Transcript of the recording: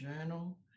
journal